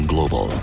Global